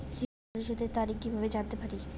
ঋণ পরিশোধের তারিখ কিভাবে জানতে পারি?